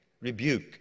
rebuke